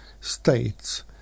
states